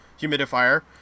humidifier